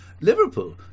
Liverpool